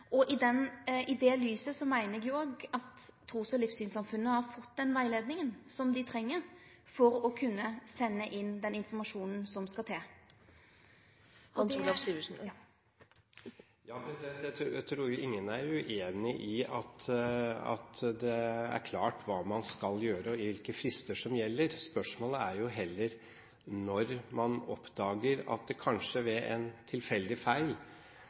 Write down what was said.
har fått den rettleiinga som dei treng for å kunne sende inn den informasjonen som skal til. Jeg tror ingen er uenig i at det er klart hva man skal gjøre, og hvilke frister som gjelder. Spørsmålet er heller at når man oppdager at det kanskje ved en tilfeldig feil